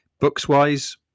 Books-wise